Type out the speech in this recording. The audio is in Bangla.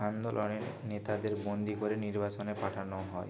আন্দোলনের নেতাদের বন্দি করে নির্বাসনে পাঠানো হয়